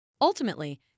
Ultimately